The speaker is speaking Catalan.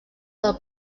del